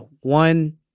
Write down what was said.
one